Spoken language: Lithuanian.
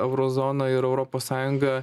euro zona ir europos sąjunga